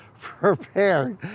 prepared